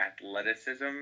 athleticism